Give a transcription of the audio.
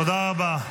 תודה רבה.